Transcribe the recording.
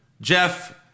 Jeff